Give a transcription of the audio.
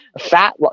fat